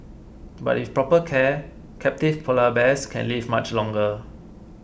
but with proper care captive Polar Bears can live much longer